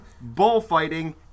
bullfighting